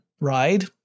ride